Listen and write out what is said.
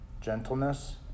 gentleness